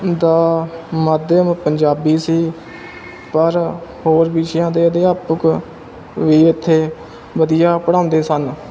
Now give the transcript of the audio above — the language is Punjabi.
ਦਾ ਮਾਧਿਅਮ ਪੰਜਾਬੀ ਸੀ ਪਰ ਹੋਰ ਵਿਸ਼ਿਆਂ ਦੇ ਅਧਿਆਪਕ ਵੀ ਇੱਥੇ ਵਧੀਆ ਪੜ੍ਹਾਉਂਦੇ ਸਨ